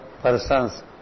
persons